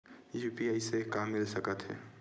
UPI से का मिल सकत हे?